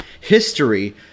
history